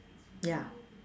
ya